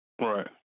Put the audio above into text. Right